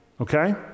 okay